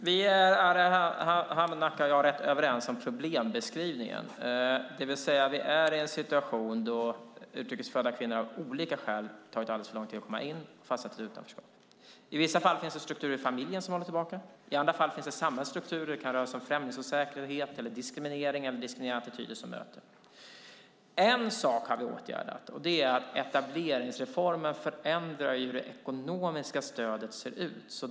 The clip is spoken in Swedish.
Herr talman! Arhe Hamednaca och jag är rätt överens om problembeskrivningen, det vill säga att vi är i en situation där det, av olika skäl, tagit alldeles för lång tid för utrikesfödda kvinnor att komma in. De har fastnat utanför. I vissa fall finns det strukturer i familjen som håller tillbaka. I andra fall finns det samhällsstrukturer. Det kan röra sig om främlingsosäkerhet, diskriminering eller diskriminerande attityder som de möts av. En sak har vi åtgärdat. Etableringsreformen förändrar hur det ekonomiska stödet ser ut.